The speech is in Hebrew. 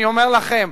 אני אומר לכם: